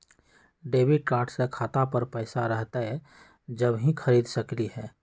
Debit card से खाता पर पैसा रहतई जब ही खरीद सकली ह?